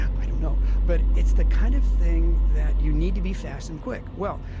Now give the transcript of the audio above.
i don't know. but it's the kind of thing that you need to be fast and quick. well,